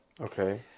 Okay